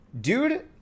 Dude